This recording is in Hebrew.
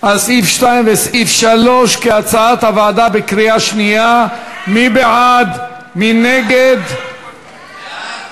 מסעוד גנאים, ג'מאל זחאלקה, אחמד טיבי, עאידה